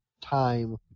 time